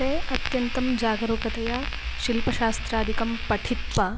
ते अत्यन्तं जागरूकतया शिल्पशास्त्रादिकं पठित्वा